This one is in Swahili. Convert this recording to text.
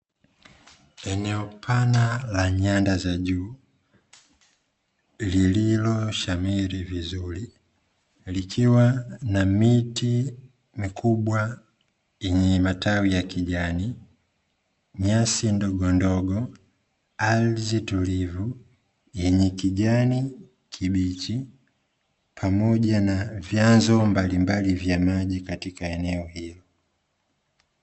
Eneo pana la nyanda za juu, lililoshamiri vizuri, likiwa na miti mikubwa yenye matawi ya kijani, nyasi ndogondogo, ardhi tulivu yenye kijani kibichi pamoja na vyanzo mbalimbali vya maji katika eneo hilo.